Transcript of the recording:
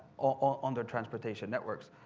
on their transportation networks.